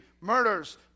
murders